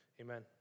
amen